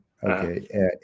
Okay